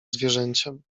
zwierzęciem